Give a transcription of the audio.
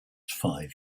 five